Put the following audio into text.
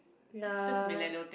ya